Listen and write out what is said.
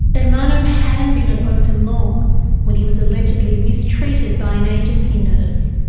and ermanno hadn't been at oakden long when he was allegedly mistreated by an agency nurse.